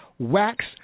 Wax